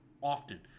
often